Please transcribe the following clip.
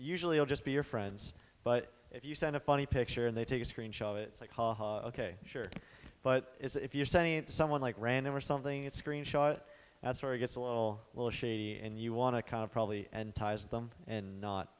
usually will just be your friends but if you send a funny picture and they take a screenshot it's like ok sure but if you're saying someone like random or something it's screenshot that's where it gets a little while she and you want to kind of probably and ties them and not